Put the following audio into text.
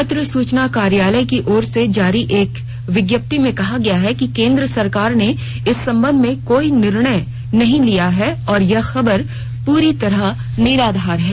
पत्र सूचना कार्यालय की ओर से जारी एक विज्ञप्ति में कहा गया है कि केन्द्र सरकार ने इस संबंध में कोई निर्णय नहीं लिया है और यह खबर पूरी तरह निराधार है